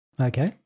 Okay